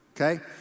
okay